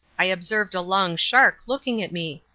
i observed a long shark looking at me.